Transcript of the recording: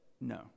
no